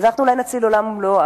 אז אנחנו אולי נציל עולם ומלואו,